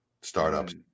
startups